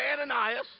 Ananias